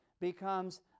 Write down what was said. becomes